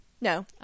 No